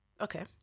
Okay